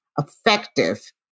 effective